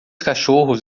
cachorros